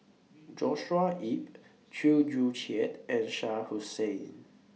Joshua Ip Chew Joo Chiat and Shah Hussain